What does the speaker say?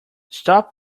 stop